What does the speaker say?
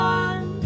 one